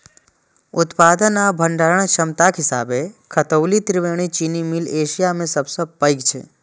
उत्पादन आ भंडारण क्षमताक हिसाबें खतौली त्रिवेणी चीनी मिल एशिया मे सबसं पैघ छै